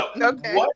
Okay